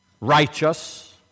righteous